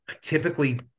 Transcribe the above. typically